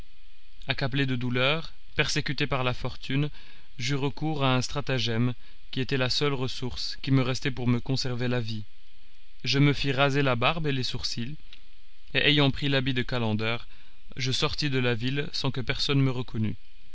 accablé de douleur persécuté par la fortune j'eus recours à un stratagème qui était la seule ressource qui me restait pour me conserver la vie je me fis raser la barbe et les sourcils et ayant pris l'habit de calender je sortis de la ville sans que personne me reconnût